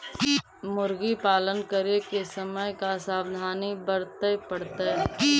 मुर्गी पालन करे के समय का सावधानी वर्तें पड़तई?